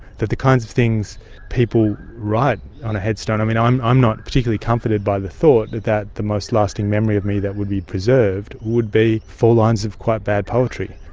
the kinds of things people write on a headstone. i mean, i'm i'm not particularly comforted by the thought that that the most lasting memory of me that would be preserved would be four lines of quite bad poetry.